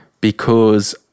because-